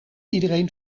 iedereen